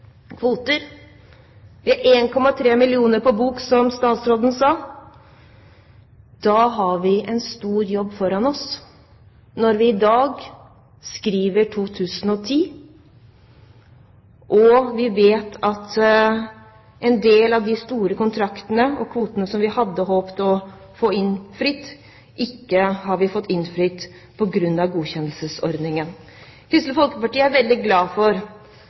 kvoter. Vi har 1,3 millioner kr på bok, som statsråden sa. Da har vi en stor jobb foran oss når vi i dag skriver 2010 og vet at en del av de store kontraktene og kvotene som vi hadde håpet å få innfridd, har vi ikke fått innfridd på grunn av godkjenningsordningen. Kristelig Folkeparti er veldig glad for